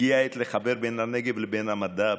הגיעה העת לחבר בין הנגב לבין המדע,